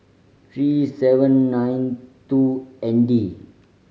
three seven nine two N D